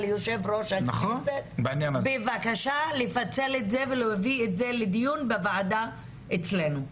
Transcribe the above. ליושב-ראש הכנסת בבקשה לפצל את זה ולהביא את לדיון בוועדה כאן.